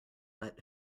but